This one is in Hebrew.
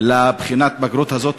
לבחינת הבגרות הזאת,